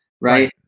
right